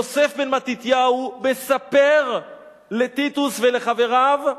יוסף בן מתתיהו מספר לטיטוס ולחבריו: